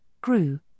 grew